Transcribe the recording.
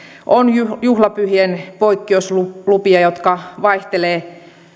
on juhlapyhien poikkeuslupia jotka vaihtelevat